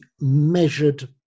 measured